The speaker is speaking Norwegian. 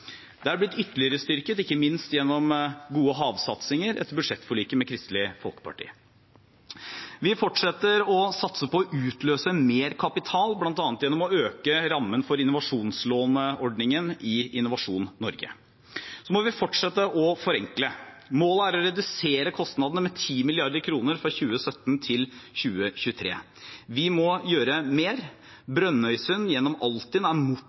Det har blitt ytterligere styrket, ikke minst gjennom gode havsatsinger, etter budsjettforliket med Kristelig Folkeparti. Vi fortsetter å satse på å utløse mer kapital, bl.a. gjennom å øke rammen for innovasjonslåneordningen i Innovasjon Norge. Vi må fortsette å forenkle. Målet er å redusere kostnadene med 10 mrd. kr fra 2017 til 2023. Vi må gjøre mer. Brønnøysund gjennom Altinn er